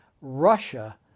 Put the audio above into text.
Russia